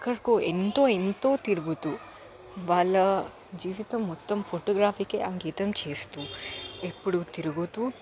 ఎక్కడికో ఎంతో ఎంతో తిరుగుతూ వాళ్ళ జీవితం మొత్తం ఫొటోగ్రఫీకే అంకితం చేస్తూ ఎప్పుడూ తిరుగుతూ